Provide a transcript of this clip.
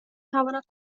تواند